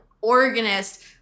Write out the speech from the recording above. organist